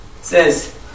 says